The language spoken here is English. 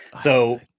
So-